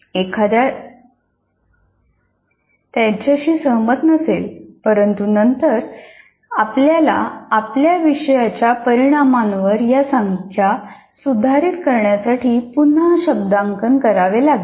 एखादा याच्याशी सहमत नसेल परंतु नंतर आपल्याला आपल्या विषयाच्या परिणामांवर या संख्या सुधारित करण्यासाठी पुन्हा शब्दांकन करावे लागेल